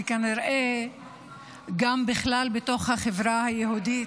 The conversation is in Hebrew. וכנראה שגם בכלל בתוך החברה היהודית,